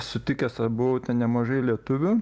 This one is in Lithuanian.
sutikęs buvau ten nemažai lietuvių